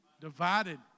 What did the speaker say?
Divided